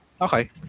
Okay